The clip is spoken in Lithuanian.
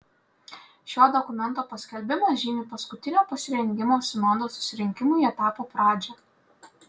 šio dokumento paskelbimas žymi paskutinio pasirengimo sinodo susirinkimui etapo pradžią